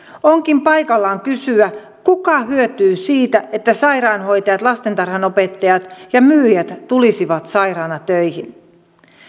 onkin paikallaan kysyä kuka hyötyy siitä että sairaanhoitajat lastentarhanopettajat ja myyjät tulisivat sairaana töihin